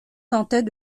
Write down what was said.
tentait